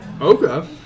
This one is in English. Okay